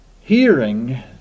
Hearing